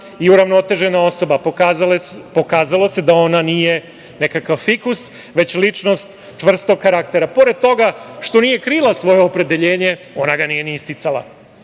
i uravnotežena osoba. Pokazalo se da ona nije nekakav fikus, već ličnost čvrstog karaktera. Pored toga što nije krila svoje opredeljenje, ona ga nije ni isticala.